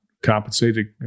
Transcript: compensated